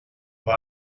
per